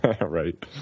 Right